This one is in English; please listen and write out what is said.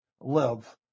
live